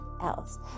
else